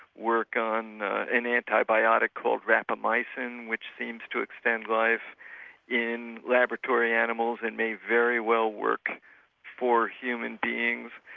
work on an antibiotic called rapamycin which seems to extend life in laboratory animals and may very well work for human beings.